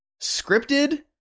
scripted